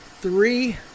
three